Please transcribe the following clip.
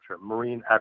marine